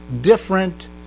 different